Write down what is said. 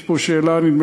יש פה שאלה של מישהו,